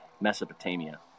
Mesopotamia